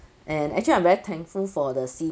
and actually I'm very thankful for the C_